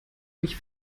mich